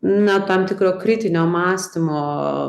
na tam tikro kritinio mąstymo